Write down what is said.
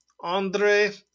Andre